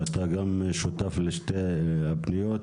אתה גם שותף לשתי הפניות,